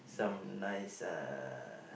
some nice uh